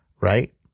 right